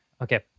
Okay